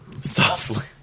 softly